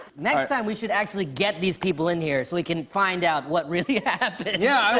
next time, we should actually get these people in here so we can find out what really happened. yeah,